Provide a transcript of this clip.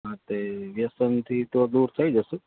હા તે વ્યસનથી તો દૂર થઇ જઇશું